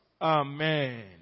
Amen